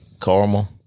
caramel